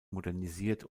modernisiert